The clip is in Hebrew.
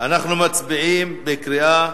אנחנו מצביעים בקריאה